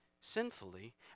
sinfully